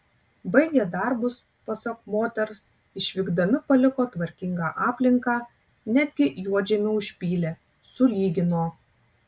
baigę darbus pasak moters išvykdami paliko tvarkingą aplinką netgi juodžemį užpylė sulygino